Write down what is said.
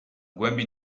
głębi